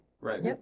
Right